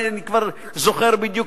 אני כבר לא זוכר בדיוק,